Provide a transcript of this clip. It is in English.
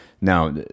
Now